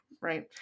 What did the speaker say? Right